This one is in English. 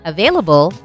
Available